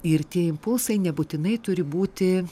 ir tie impulsai nebūtinai turi būti